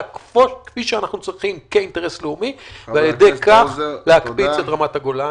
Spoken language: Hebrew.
במיוחד כשאני יודע בוודאות שרמת הגולן